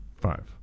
five